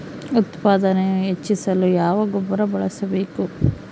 ಉತ್ಪಾದನೆ ಹೆಚ್ಚಿಸಲು ಯಾವ ಗೊಬ್ಬರ ಬಳಸಬೇಕು?